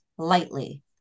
Lightly